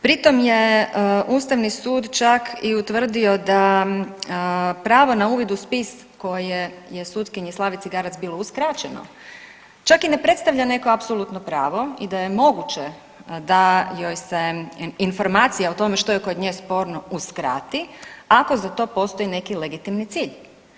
Pri tom je ustavni sud čak i utvrdio da pravo na uvid u spis koji je sutkinji Slavici Garac bilo uskraćeno čak i ne predstavlja neko apsolutno pravo i da je moguće da joj se informacija o tome što je kod nje sporno uskrati ako za to postoji neki legitimni cilj.